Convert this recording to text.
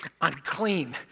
unclean